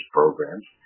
programs